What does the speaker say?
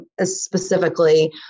specifically